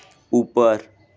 ऊपर